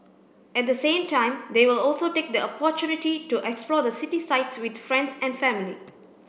at the same time they will also take the opportunity to explore the city sights with friends and family